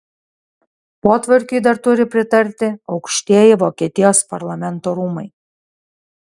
potvarkiui dar turi pritarti aukštieji vokietijos parlamento rūmai